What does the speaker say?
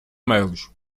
mails